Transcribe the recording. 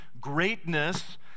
greatness